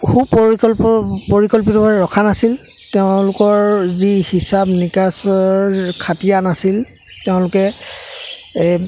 সু পৰিকল্প পৰিকল্পিত ৰখা নাছিল তেওঁলোকৰ যি হিচাপ নিকাচৰ খাটিয়ান নাছিল তেওঁলোকে